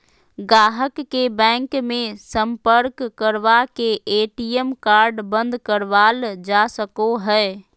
गाहक के बैंक मे सम्पर्क करवा के ए.टी.एम कार्ड बंद करावल जा सको हय